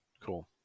Cool